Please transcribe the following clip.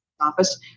office